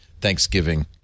Thanksgiving